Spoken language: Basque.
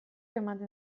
ematen